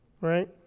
Right